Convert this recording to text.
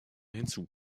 hinzu